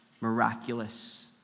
Miraculous